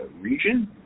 region